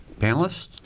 panelists